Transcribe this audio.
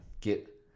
get